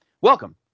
welcome